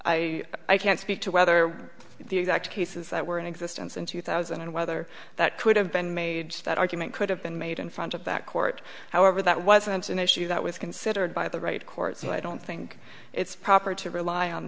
i can't speak to whether the exact cases that were in existence in two thousand and whether that could have been made that argument could have been made in front of that court however that wasn't an issue that was considered by the right court so i don't think it's proper to rely on